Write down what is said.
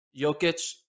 Jokic